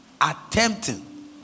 attempting